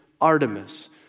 Artemis